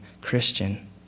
Christian